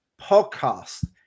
Podcast